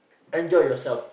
enjoy yourself